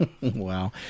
Wow